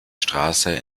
straße